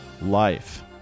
life